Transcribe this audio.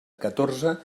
catorze